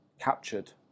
captured